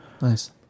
Nice